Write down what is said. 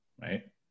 right